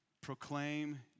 proclaim